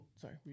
sorry